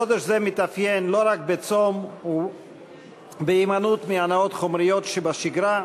חודש זה מתאפיין לא רק בצום ובהימנעות מהנאות חומריות שבשגרה,